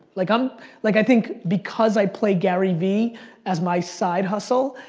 like um like i think because i play garyvee as my side hustle,